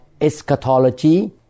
eschatology